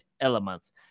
elements